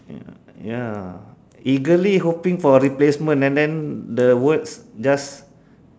ya eagerly hoping for a replacement and then the words just